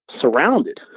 surrounded